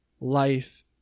life